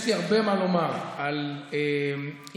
יש לי הרבה לומר על אינפלציית,